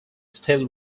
still